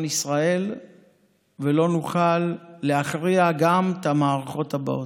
ישראל ולא נוכל להכריע גם את המערכות הבאות.